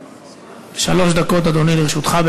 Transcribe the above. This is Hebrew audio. שלוש דקות, אדוני, לרשותך.